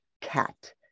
cat